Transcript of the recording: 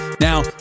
now